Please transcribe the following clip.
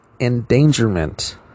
endangerment